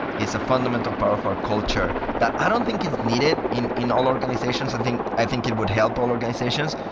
is a fundamental part of our culture that i don't think is needed in in all organizations. and i think it would help all organizations.